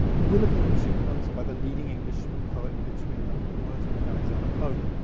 we're looking at two poems by the leading english poet between milton and wordsworth alexander pope.